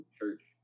church